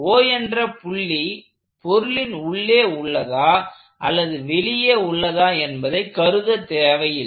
O என்ற புள்ளி பொருளின் உள்ளே உள்ளதா அல்லது வெளியே உள்ளதா என்பதை கருதத் தேவையில்லை